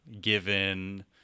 given